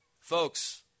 Folks